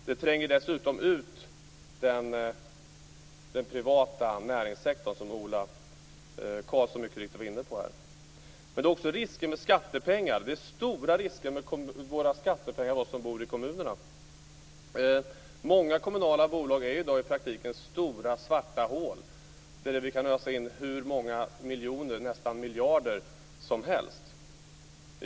Det tränger dessutom ut den privata näringssektorn som Ola Karlsson var inne på förut. Man tar också risker med skattepengar. Det tas stora risker med våra skattepengar i kommunerna. Många kommunala bolag är i dag i praktiken stora svarta hål där vi kan ösa in hur många miljoner, nästan miljarder, som helst.